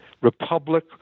Republic